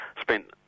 spent